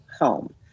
home